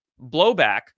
blowback